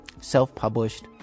self-published